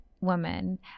woman